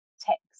text